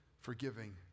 forgiving